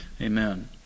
Amen